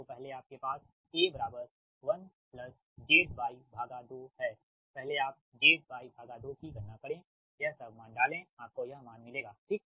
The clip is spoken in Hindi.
तो पहले आपके पास A 1ZY2 है पहले आप ZY2 की गणना करें यह सब मान डालें आपको यह मान मिलेगा ठीक